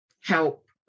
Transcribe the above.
help